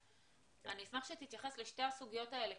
אני אשמח שתתייחס לשתי הסוגיות האלה,